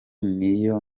niyo